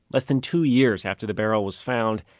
less than two years after the barrel was found,